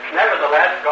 nevertheless